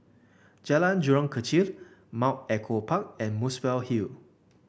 Jalan Jurong Kechil Mount Echo Park and Muswell Hill